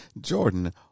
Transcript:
Jordan